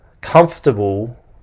comfortable